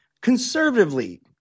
conservatively